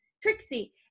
Trixie